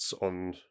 on